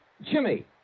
Jimmy